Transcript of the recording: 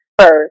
first